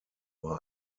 war